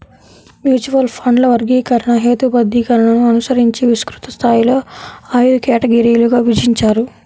mutual ఫండ్ల వర్గీకరణ, హేతుబద్ధీకరణను అనుసరించి విస్తృత స్థాయిలో ఐదు కేటగిరీలుగా విభజించారు